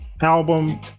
album